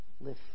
live